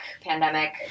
pandemic